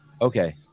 Okay